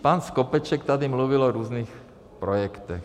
Pan Skopeček tady mluvil o různých projektech.